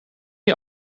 jij